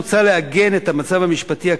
מוצע לעגן את המצב המשפטי הקיים,